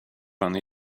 pan